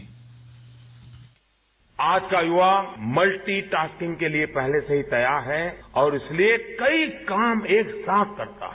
bite आज का युवा मल्टी टॉस्किंग के लिए पहले से ही तैयार है और इसलिए कई काम एक साथ करता है